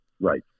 right